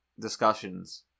discussions